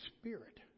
Spirit